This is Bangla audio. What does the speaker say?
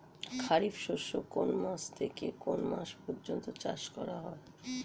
খারিফ শস্য কোন মাস থেকে কোন মাস পর্যন্ত চাষ করা হয়?